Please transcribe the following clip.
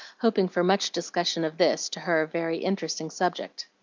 hoping for much discussion of this, to her, very interesting subject.